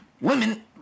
women